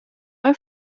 آیا